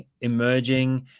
emerging